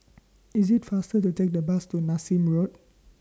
IS IT faster to Take The Bus to Nassim Road